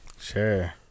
Sure